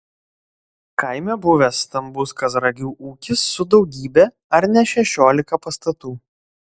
kaime buvęs stambus kazragių ūkis su daugybe ar ne šešiolika pastatų